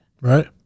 Right